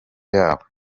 yabo